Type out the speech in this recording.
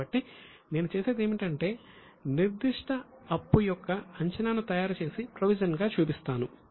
కాబట్టి నేను చేసేది ఏమిటంటే నిర్దిష్ట అప్పు యొక్క అంచనాను తయారు చేసి ప్రొవిజన్ గా చూపిస్తాను